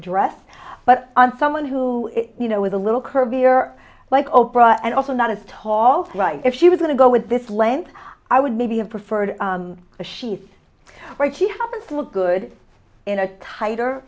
dress but on someone who you know with a little curvier like oprah and also not as tall right if she was going to go with this lent i would maybe have preferred that she's where she happens to look good in a tighter